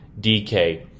DK